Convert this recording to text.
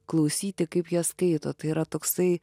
klausyti kaip jie skaito tai yra toksai